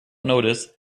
notice